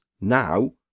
now